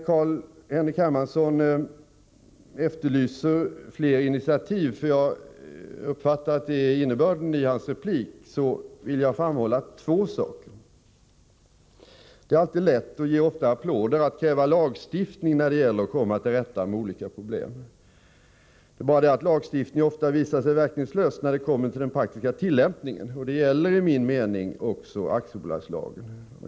Carl-Henrik Hermansson efterlyser fler initiativ — jag uppfattar att det är innebörden av hans inlägg — och då vill jag framhålla två saker. 1. Det är alltid lätt — och ger ofta applåder — att kräva lagstiftning när det gäller att komma till rätta med olika problem. Det är bara det att lagstiftning ofta visar sig vara verkningslös när man kommer till den praktiska tillämpningen, och det gäller enligt min mening också aktiebolagslagen.